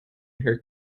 her